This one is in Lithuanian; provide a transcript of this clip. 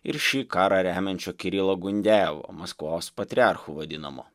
ir šį karą remiančio kirilo gundejevo maskvos patriarchu vadinamo